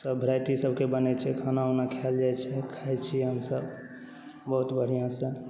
सब वेराइटी सबके बनै छै खाना ओना खाएल जाइ छै खाइ छी हमसब बहुत बढ़िआँसँ